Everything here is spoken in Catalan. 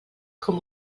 com